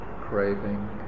craving